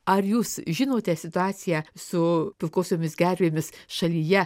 ar jūs žinote situaciją su pilkosiomis gervėmis šalyje